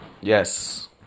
yes